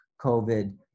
COVID